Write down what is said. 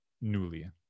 newly